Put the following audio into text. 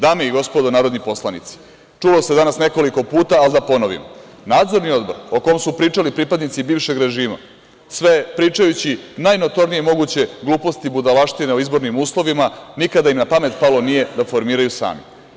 Dame i gospodo narodni poslanici, čulo se danas nekoliko puta, ali da ponovim, Nadzorni odbor o kom su pričali pripadnici bivšeg režima, sve pričajući najnotornije moguće gluposti, budalaštine o izbornim uslovima, nikada im na pamet palo nije da formiraju sami.